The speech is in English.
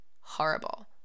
Horrible